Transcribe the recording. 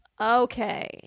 Okay